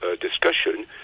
discussion